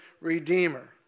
redeemer